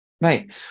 Right